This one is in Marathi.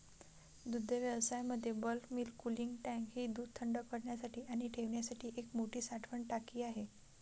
दुग्धव्यवसायामध्ये बल्क मिल्क कूलिंग टँक ही दूध थंड करण्यासाठी आणि ठेवण्यासाठी एक मोठी साठवण टाकी आहे